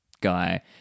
guy